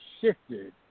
shifted